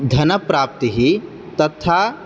धनप्राप्तिः तथा